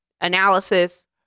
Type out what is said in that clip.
analysis